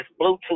Bluetooth